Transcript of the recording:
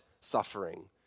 suffering